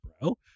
bro